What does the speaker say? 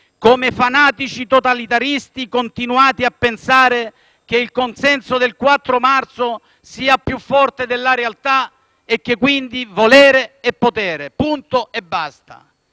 Come fanatici totalitaristi, continuate a pensare che il consenso del 4 marzo sia più forte della realtà e che quindi volere è potere, punto e basta.